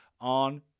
on